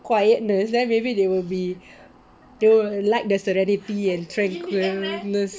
quietness then maybe they will be they will like the serenity and the tranquilness